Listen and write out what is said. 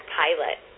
pilot